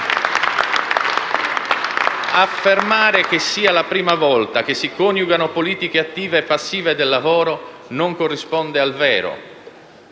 Affermare che sia la prima volta che si coniugano politiche attive e passive del lavoro non corrisponde al vero,